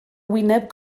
wyneb